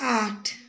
आठ